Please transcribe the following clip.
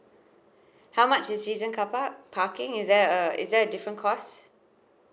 how much in season carpark parking is there a is there a different cost